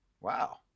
wow